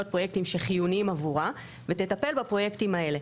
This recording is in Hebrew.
פרויקטים שחיוניים עבורה ותטפל בפרויקטים האלה.